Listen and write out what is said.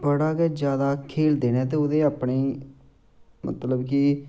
बड़ा गै ज्यादा खेलदे न ते ओह्दे अपने मतलब कि